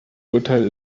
urteil